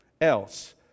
else